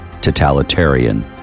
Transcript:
totalitarian